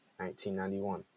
1991